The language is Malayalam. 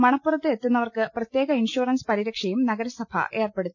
മണപ്പുറത്ത് എത്തുന്നവർക്ക് പ്രത്യേക ഇൻഷൂറൻസ് പ്രിരക്ഷയും നഗരസഭ ഏർപ്പെടുത്തി